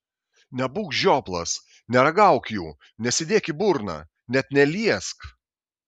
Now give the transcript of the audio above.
nebūk žioplas neragauk jų nesidėk į burną net neliesk